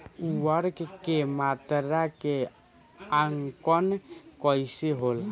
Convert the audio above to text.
उर्वरक के मात्रा के आंकलन कईसे होला?